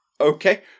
Okay